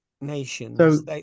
nations